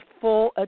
full